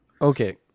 Okay